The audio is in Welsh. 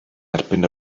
erbyn